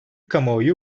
kamuoyu